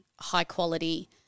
high-quality